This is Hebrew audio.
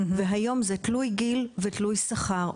היום זה תלוי גיל ותלוי שכר,